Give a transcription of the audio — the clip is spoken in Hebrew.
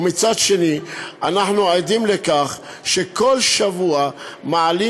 ומצד שני אנחנו עדים לכך שכל שבוע מעלים